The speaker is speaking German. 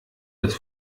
das